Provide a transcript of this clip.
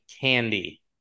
candy